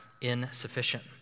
insufficient